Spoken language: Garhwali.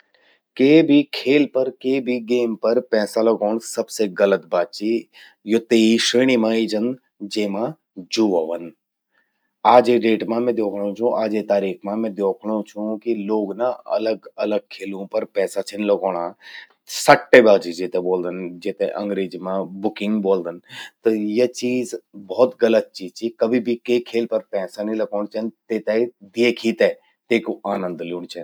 के भी खेल पर, के भी गेम पर पैसा लगौंण सबसे गलत बात चि। यो ते ही श्रेणी मां ए जंद, जेमा जुआ व्हंद। आजे डेट मां मैं द्योखणूं छूं आजे तारीख मां द्योखणूं छूं कि लोग ना अलग अलग खेलूं पर पैसा छिन लगौणां। सट्टेबाजी जेते ब्वोलदन, जेते अंग्रेजी मां बुकिंग ब्वोलदन। त या चीज भौत गलत चीज चि। कभि भी कै खेल पर पैसा नि लगौंण चेंद। तेते द्येखी ते तेकु आनंद ल्यूंण चेंद।